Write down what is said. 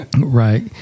right